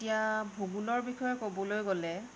এতিয়া ভূগোলৰ বিষয়ে ক'বলৈ গ'লে